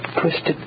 twisted